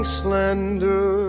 slender